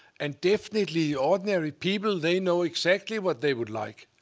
and definitely ordinary people, they know exactly what they would like.